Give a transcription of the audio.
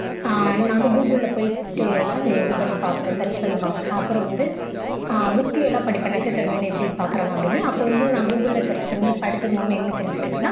நா வந்து கூகுளில் போய்ட்டு இது பண்ணி பார்ப்பேன் சர்ச் பண்ணி பார்ப்பேன் அப்புறம் வந்து புக்கில் எல்லாம் படிப்பேன் நட்சத்திரத்தை வந்து எப்படி பாக்கிறாங்க அப்படின்னு அப்போது வந்து நான் கூகுளில் சர்ச் பண்ணி படித்தது மூலமாக என்ன தெரிஞ்சிக்கிட்டேன் அப்படின்னா